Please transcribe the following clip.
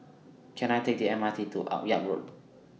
Can I Take The M R T to Akyab Road